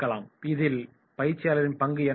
இதில் பயிற்சியாளரின் பங்கு என்னவாக இருக்கும்